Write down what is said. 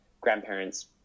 grandparents